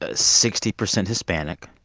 ah sixty percent hispanic.